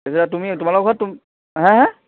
এতিয়া তুমি তোমালোকৰ ঘৰত তুমি হা হা